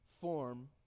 form